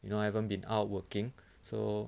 you know I haven't been out working so